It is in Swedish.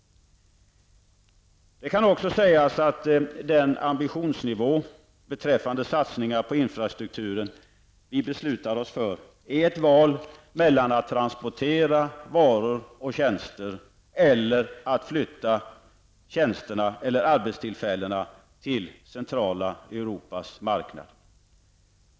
Det kan sägas att den ambitionsnivå beträffande satsningar på infrastrukturen som vi beslutar oss för är ett val mellan att transportera varor och tjänster eller att flytta arbetstillfällen till centrala Europas marknad.